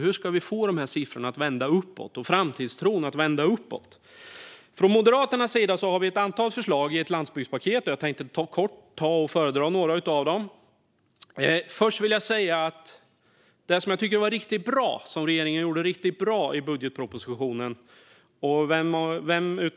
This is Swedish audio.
Hur ska vi få siffrorna och framtidstron att vända uppåt? Från Moderaternas sida har vi ett antal förslag i ett landsbygdspaket, och jag tänkte kort föredra några av dessa. Först vill jag säga att det jag tyckte att regeringen gjorde riktigt bra, vilket